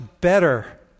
better